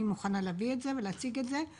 אני מוכנה להביא ולהציג את זה.